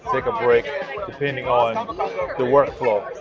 take a break depending on the workflow.